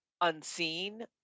unseen